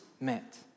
met